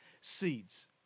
seeds